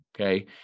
Okay